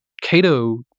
Cato